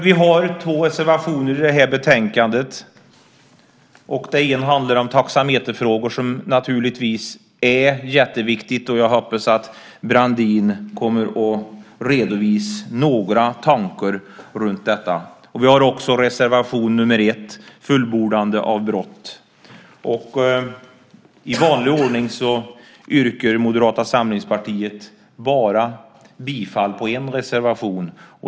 Vi har två reservationer i detta betänkande. Den ena handlar om taxameterfrågor, som naturligtvis är en jätteviktig fråga, och jag hoppas att Brandin kommer att redovisa några tankar kring det. Vi har också reservation nr 1 om fullbordande av brott. I vanlig ordning yrkar Moderata samlingspartiet bifall endast till en reservation.